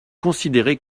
considérer